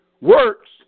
Works